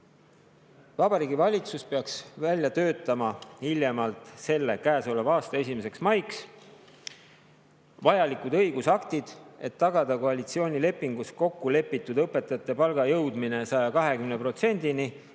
Vabariigi Valitsus peaks välja töötama hiljemalt käesoleva aasta 1. maiks vajalikud õigusaktid, et tagada koalitsioonilepingus kokku lepitud õpetajate palga jõudmine 120%-ni